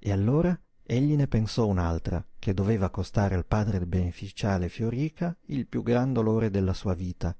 e allora egli ne pensò un'altra che doveva costare al padre beneficiale fioríca il piú gran dolore della sua vita